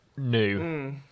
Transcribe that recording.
New